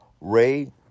Ray